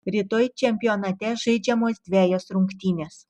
rytoj čempionate žaidžiamos dvejos rungtynės